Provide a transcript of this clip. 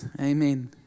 Amen